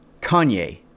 Kanye